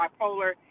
bipolar